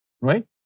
Right